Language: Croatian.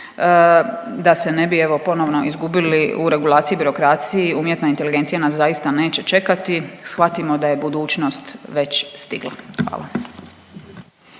Da se ne bi evo ponovno izgubili u regulaciji i birokraciji umjetna inteligencija nas zaista neće čekati, shvatimo da je budućnost već stigla, hvala.